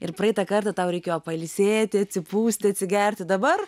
ir praeitą kartą tau reikėjo pailsėti atsipūsti atsigerti dabar